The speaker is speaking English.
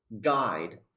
guide